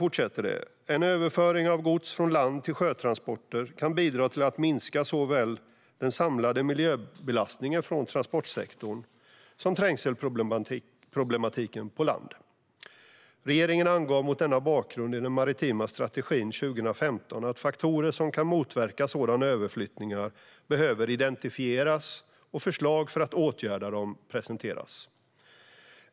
Man fortsätter: "En överföring av gods från land till sjötransporter kan bidra till att minska såväl den samlade miljöbelastningen från transportsektorn, som trängselproblematiken på land. Regeringen angav mot denna bakgrund i den maritima strategin att faktorer som kan motverka sådana överflyttningar behöver identifieras och förslag för att åtgärda dem presenteras.